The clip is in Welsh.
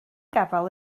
gafael